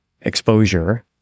exposure